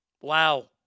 Wow